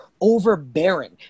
overbearing